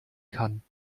kann